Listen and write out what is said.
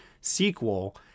sequel